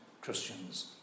Christians